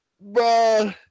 bro